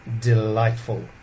delightful